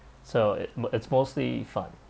so it m~ it's mostly fun